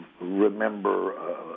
remember